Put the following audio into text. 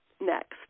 next